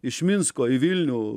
iš minsko į vilnių